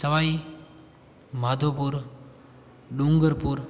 Sawai Madhopur Dungarpur